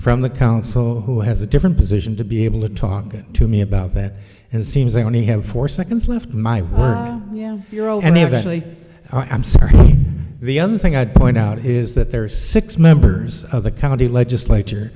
from the council who has a different position to be able to talk to me about it and it seems they only have four seconds left my hero and eventually i'm sorry the other thing i'd point out is that there are six members of the county legislature